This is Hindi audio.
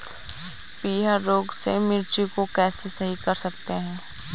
पीहर रोग से मिर्ची को कैसे सही कर सकते हैं?